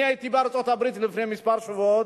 אני הייתי בארצות-הברית לפני כמה שבועות,